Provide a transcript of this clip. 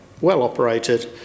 well-operated